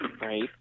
right